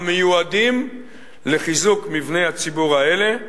המיועדים לחיזוק מבני הציבור האלה.